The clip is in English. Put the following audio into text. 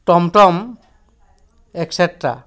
tom tom etc